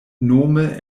nome